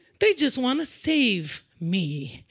they just want to save me.